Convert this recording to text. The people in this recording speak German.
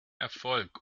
erfolg